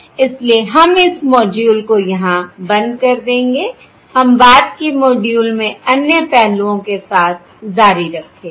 इसलिए हम इस मॉड्यूल को यहाँ बंद कर देंगे हम बाद के मॉड्यूल में अन्य पहलुओं के साथ जारी रखेंगे